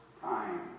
time